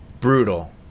brutal